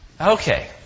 Okay